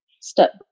step